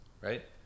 right